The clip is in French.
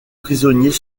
prisonniers